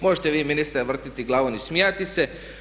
Možete vi ministre vrtiti glavom i smijati se.